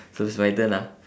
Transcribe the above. so it's my turn ah